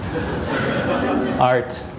Art